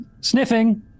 sniffing